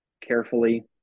carefully